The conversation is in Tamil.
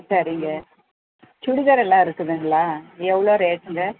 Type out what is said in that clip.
சரிங்க சுடிதாரெல்லாம் இருக்குதுங்களா எவ்வளோ ரேட்டுங்க